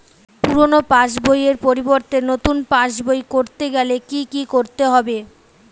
পুরানো পাশবইয়ের পরিবর্তে নতুন পাশবই ক রতে গেলে কি কি করতে হবে?